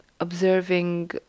observing